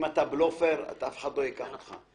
אם אתה בלופר, אף אחד לא ייקח אותך.